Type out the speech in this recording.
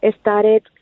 started